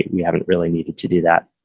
we haven't really needed to do that.